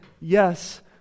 yes